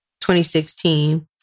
2016